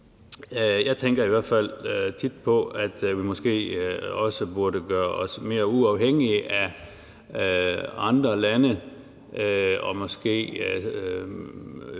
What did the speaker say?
Jeg tænker i hvert fald tit på, at vi måske også burde gøre os mere uafhængige af andre lande og måske